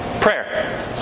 Prayer